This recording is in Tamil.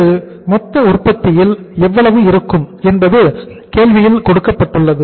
இது மொத்த உற்பத்தியில் எவ்வளவு இருக்கும் என்பது கேள்வியில் கொடுக்கப்பட்டுள்ளது